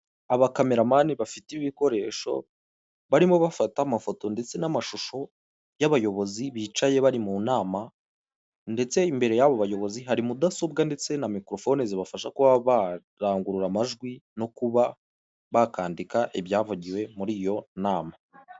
Abakameramani bafite ibikoresho, barimo bafata amafoto ndetse n'amashusho y'abayobozi bicaye bari mu nama ndetse imbere y'abo bayobozi hari mudasobwa ndetse na mikorofone zibafasha kuba barangurura amajwi no kuba bakwandika ibyavugiwe muri iyo nama.